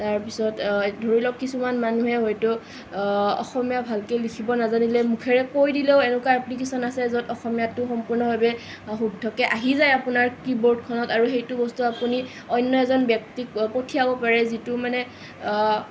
তাৰ পিছত ধৰিলওক কিছুমান মানুহে হয়তো অসমীয়া ভালকৈ লিখিব নাজানিলে মুখেৰে কৈ দিলেও এনেকুৱা এপ্লিকেচন আছে য'ত অসমীয়টো সম্পূৰ্ণভাৱে শুদ্ধকৈ আহি যায় আপোনাৰ কীবৰ্ডখনত আৰু সেইটো বস্তু আপুনি অন্য এজন ব্যক্তিক পঠিয়াব পাৰে যিটো মানে